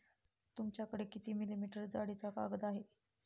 तुमच्याकडे किती मिलीमीटर जाडीचा कागद आहे?